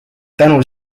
tänu